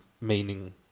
meaning